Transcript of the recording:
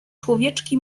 człowieczki